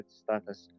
status